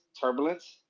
turbulence